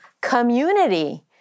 community